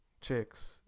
chicks